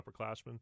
upperclassmen